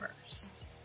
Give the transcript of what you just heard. first